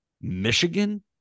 Michigan